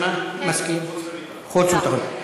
לא חושבת שלחוץ וביטחון.